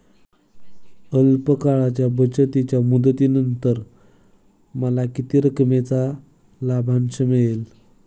अल्प काळाच्या बचतीच्या मुदतीनंतर मला किती रकमेचा लाभांश मिळेल?